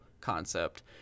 concept